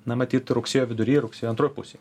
na matyt rugsėjo vidury rugsėjo antroj pusėj